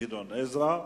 גדעון עזרא.